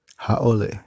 haole